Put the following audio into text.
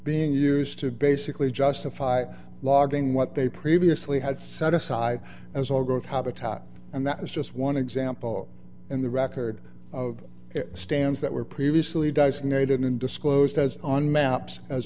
being used to basically justify logging what they previously had set aside as old growth habitat and that is just one example and the record of stands that were previously di's noted in disclosed as on maps as